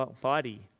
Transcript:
body